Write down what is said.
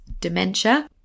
dementia